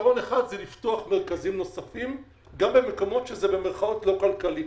פתרון אחד לפתוח מרכזים נוספים גם במקומות שזה במרכאות לא כלכלי.